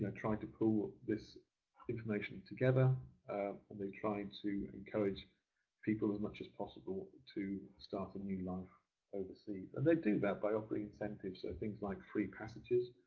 ah tried to pull this information together and they tried to encourage people as much as possible to start a new life overseas. and they did that by offering incentives, so things like free passages,